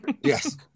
Yes